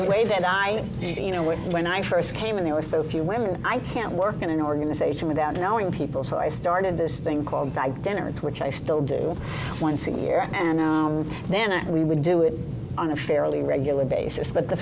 the way that i you know when when i first came in there were so few women i can't work in an organization without knowing people so i started this thing called dinner which i still do once a year and then we would do it on a fairly regular basis but the